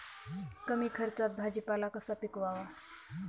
कमी खर्चात भाजीपाला कसा पिकवावा?